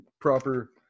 proper